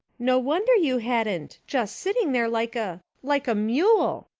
no wonder you hadn't just sitting there like a like a mule.